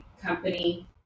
company